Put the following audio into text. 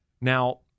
Now